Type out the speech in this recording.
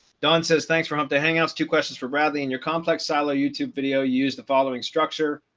don says thanks for hump day hangouts. two questions for bradley and your complex silo youtube video, use the following structure.